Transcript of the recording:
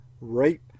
rape